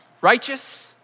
Righteous